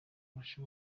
ubashe